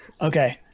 Okay